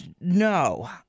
No